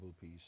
peace